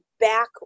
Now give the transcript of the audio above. back